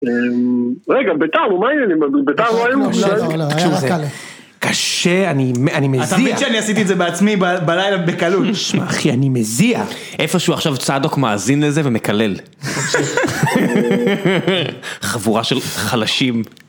רגע ביתר נו מה העניינים, ביתר הוא העירות, תקשיבו זה, קשה, אני מזיע, אתה מבין שאני עשיתי את זה בעצמי בלילה בקלות, תשמע אחי אני מזיע, איפשהו עכשיו צדוק מאזין לזה ומקלל, חבורה של חלשים.